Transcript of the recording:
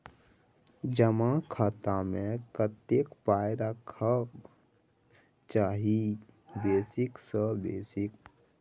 जमा खाता मे कतेक पाय रखबाक चाही बेसी सँ बेसी?